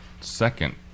second